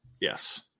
Yes